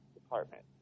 Department